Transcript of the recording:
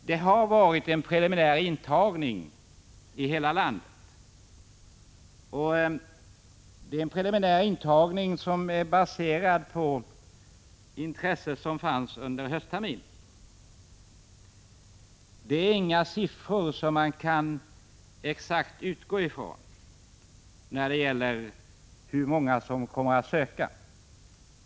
Det har varit en preliminär intagning i hela landet. Denna preliminära intagning är baserad på det intresse som fanns under höstterminen, och den innebär inga siffror som man exakt kan utgå ifrån när det gäller att beräkna hur många som kommer att söka.